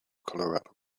colorado